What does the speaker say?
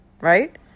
Right